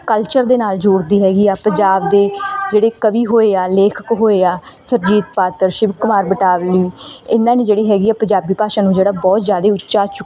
culture ਦੇ ਨਕਲ ਜੋੜਦੀ ਹੈਗੀ ਆ ਪੰਜਾਬ ਦੇ ਜਿਹੜੇ ਕਵੀ ਹੋਏ ਆ ਲੇਖਕ ਹੋਏ ਆ ਸੁਰਜੀਤ ਪਾਤਰ ਸ਼ਿਵ ਕੁਮਾਰ ਬਟਾਲਵੀ ਇਹਨਾਂ ਨੇ ਜਿਹੜੀ ਹੈਗੀ ਆ ਪੰਜਾਬੀ ਭਾਸ਼ਾ ਨੂੰ ਜਿਹੜਾ ਬਹੁਤ ਜ਼ਿਆਦਾ ਉੱਚਾ ਚੁੱਕਿਆ